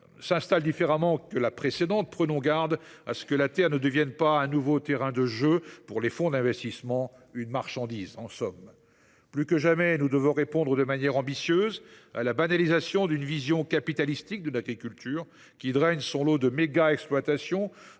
s’installe différemment que la précédente, prenons garde que la terre ne devienne un nouveau terrain de jeu pour les fonds d’investissement, une marchandise en somme. Plus que jamais, nous devons répondre de manière ambitieuse à la banalisation d’une vision capitalistique de l’agriculture, qui draine son lot de mégaexploitations,